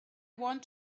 want